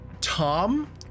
Tom